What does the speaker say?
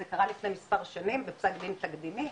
זה קרה לפני מספר שנים בפסק דין תקדימי,